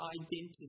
identity